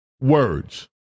words